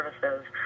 services